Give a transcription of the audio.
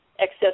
excess